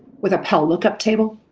with a pell lookup table,